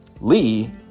Lee